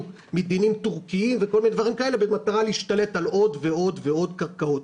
מדינים תורכיים וכל מיני דברים כאלה במטרה להשתלט על עוד ועוד קרקעות.